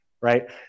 Right